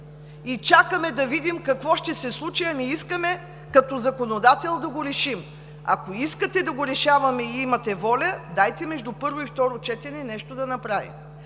и чакаме да видим какво ще се случи, а не искаме като законодател да го решим. Ако искате да го решаваме и имате воля, дайте между първо и второ четене да направим